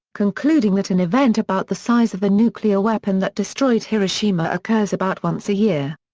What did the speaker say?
concluding that an event about the size of the nuclear weapon that destroyed hiroshima occurs about once a year.